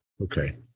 Okay